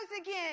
again